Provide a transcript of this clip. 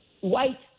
white